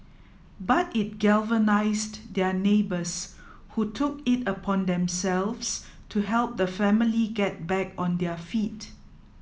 but it galvanised their neighbours who took it upon themselves to help the family get back on their feet